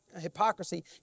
hypocrisy